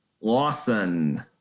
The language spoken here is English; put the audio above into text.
Lawson